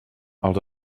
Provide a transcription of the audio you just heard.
els